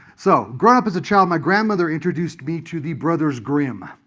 so growing up as a child, my grandmother introduced me to the brothers grimm.